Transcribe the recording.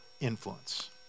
influence